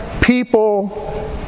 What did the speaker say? people